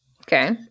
Okay